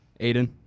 Aiden